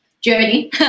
journey